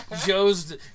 Joe's